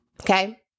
okay